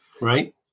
Right